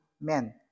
men